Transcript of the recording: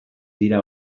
dira